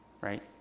right